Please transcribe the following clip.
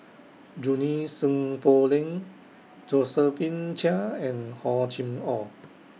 Junie Sng Poh Leng Josephine Chia and Hor Chim Or